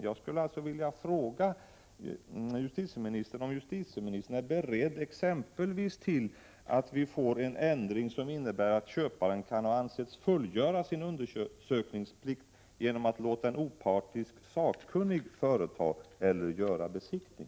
Jag skulle alltså vilja fråga om justitieministern är beredd att verka för att vi exempelvis får en ändring som innebär att köparen anses fullgöra sin undersökningsplikt genom att låta en opartisk sakkunnig företa besiktning.